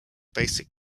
basic